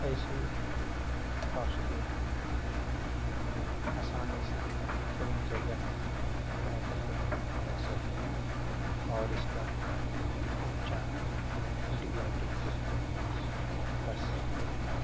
ऐसी औषधि है जो हमलोग आसानी से थोड़े ही जगह में अपने घर पर उगा सकते हैं और इसका उपचार एण्टीबाइयोटिक के रूप में कर सकते हैं